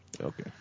Okay